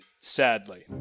sadly